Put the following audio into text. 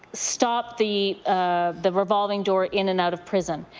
stop the ah the revolving door in and out of prison.